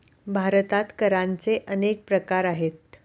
भारतात करांचे अनेक प्रकार आहेत